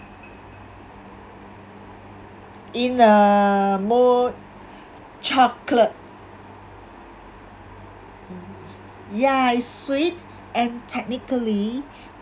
in a mood chocolate ya sweet and technically